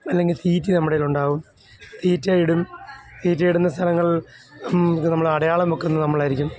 അല്ലെങ്കിൽ തീറ്റി നമ്മുടെയിൽ ഉണ്ടാവും തീറ്റയിടും തീറ്റയിടുന്ന സ്ഥലങ്ങളിൽ നമ്മൾ അടയാളം വെക്കുന്നത് നമ്മളായിരിക്കും